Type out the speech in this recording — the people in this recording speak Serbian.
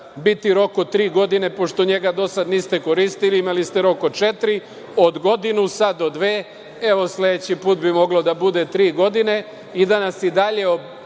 biti rok od tri godine, pošto njega do sada niste koristili, imali ste rok od četiri, od godinu, sada od dve, evo, sledeći put bi moglo da bude tri godine i da nas i dalje